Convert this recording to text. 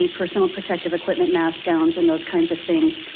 personal protective equipment, mass guns and those kinds of things.